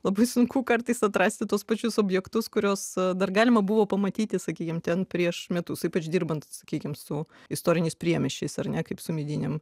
labai sunku kartais atrasti tuos pačius objektus kuriuos dar galima buvo pamatyti sakykime ten prieš metus ypač dirbant sakykime su istoriniais priemiesčiais ar ne kaip su mėginimu